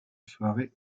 soirée